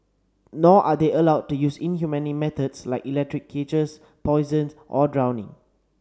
nor are they allowed to use inhumane methods like electric cages poison or drowning